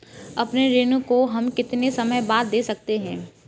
अपने ऋण को हम कितने समय बाद दे सकते हैं?